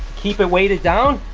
keep it weighted down,